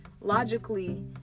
logically